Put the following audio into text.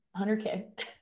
100k